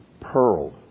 pearl